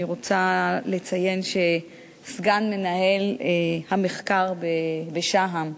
אני רוצה לציין את סגן מנהל המחקר בשה"ם,